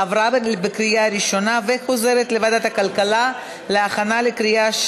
לוועדת הכלכלה נתקבלה.